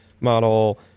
model